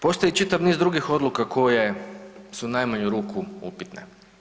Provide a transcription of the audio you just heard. Postoji čitav niz drugih odluka koje su u najmanju ruku upitne.